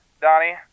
Donnie